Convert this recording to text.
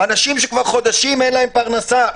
אנשים שכבר חודשים אין להם פרנסה.